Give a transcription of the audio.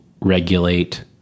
regulate